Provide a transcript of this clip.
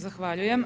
Zahvaljujem.